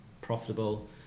profitable